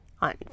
on